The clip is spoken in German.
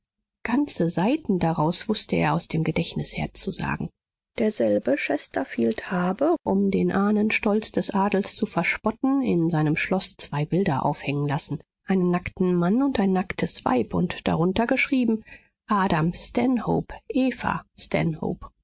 ganze seiten daraus wußte er aus dem gedächtnis herzusagen derselbe chesterfield habe um den ahnenstolz des adels zu verspotten in seinem schloß zwei bilder aufhängen lassen einen nackten mann und ein nacktes weib und darunter geschrieben adam stanhope eva